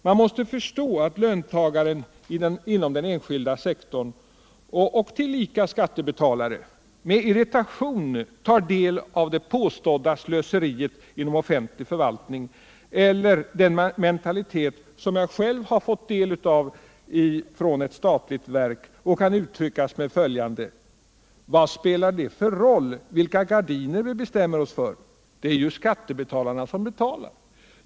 Man måste förstå att löntagaren inom den enskilda sektorn, tillika skattebetalare, med irritation tar del av det påstådda slöseriet inom offentlig förvaltning — eller den mentalitet som jag själv har fått del av från ett statligt verk och som kan uttryckas med följande ord: Vad spelar det för roll vilka gardiner vi bestämmer oss för, det är ju skattebetalarna som betalar!